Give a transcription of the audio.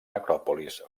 necròpolis